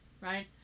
Right